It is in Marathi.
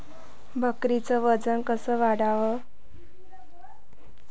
बकरीचं वजन कस वाढवाव?